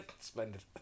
Splendid